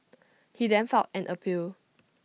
he then filed an appeal